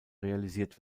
realisiert